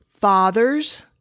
Fathers